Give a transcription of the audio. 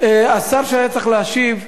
השר שהיה צריך להשיב,